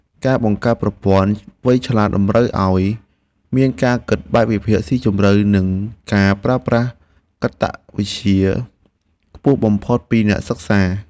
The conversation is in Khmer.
ការបង្កើតប្រព័ន្ធវៃឆ្លាតតម្រូវឱ្យមានការគិតបែបវិភាគស៊ីជម្រៅ និងការប្រើប្រាស់តក្កវិជ្ជាខ្ពស់បំផុតពីអ្នកសិក្សា។